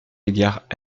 égard